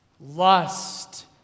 lust